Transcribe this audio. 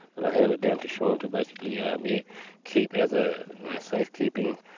that i handed down to sean to basically um yeah keep as ah safekeeping,